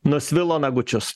nusvilo nagučius